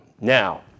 Now